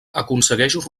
aconsegueix